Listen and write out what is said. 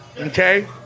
Okay